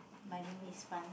my name is Fun